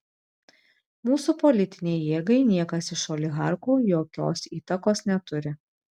mūsų politinei jėgai niekas iš oligarchų jokios įtakos neturi